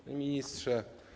Panie Ministrze!